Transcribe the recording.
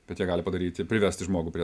bet jie gali padaryti privesti žmogų prie